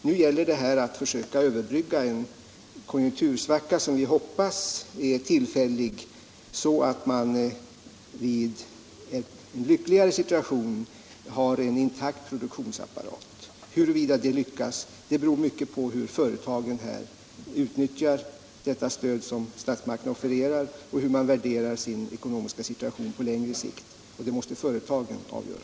Nu gäller det att försöka överbrygga en konjunktursvacka, som vi hoppas är tillfällig, så att man när en lyckligare situation inträder har en intakt produktionsapparat. Huruvida det lyckas beror mycket på hur företagen utnyttjar det stöd som statsmakterna offererar och på hur man värderar sin situation på längre sikt. Det måste företagen avgöra.